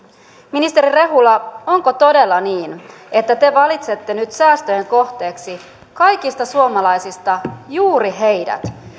ministeri rehula onko todella niin että te valitsette nyt säästöjen kohteeksi kaikista suomalaisista juuri heidät